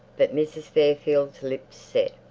but mrs. fairfield's lips set.